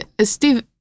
Steve